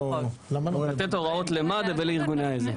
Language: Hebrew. לתת הוראות למד"א ולארגוני העזר.